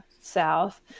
South